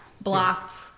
blocked